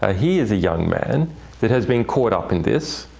ah he is a young man that has been caught up in this,